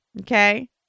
Okay